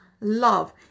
love